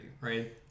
right